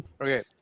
okay